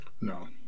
No